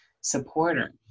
supporter